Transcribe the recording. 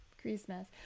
Christmas